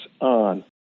on